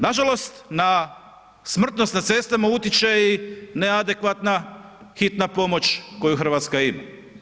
Nažalost, na smrtnost na cestama utječe i neadekvatna hitna pomoć koju Hrvatska ima.